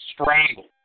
strangled